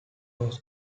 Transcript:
was